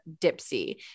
Dipsy